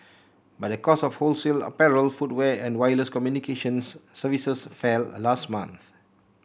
but the cost of wholesale apparel footwear and wireless communications services fell last month